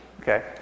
Okay